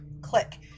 click